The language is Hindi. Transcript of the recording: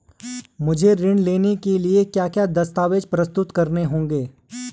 मुझे ऋण लेने के लिए क्या क्या दस्तावेज़ प्रस्तुत करने होंगे?